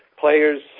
players